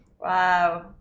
Wow